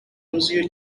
روزیه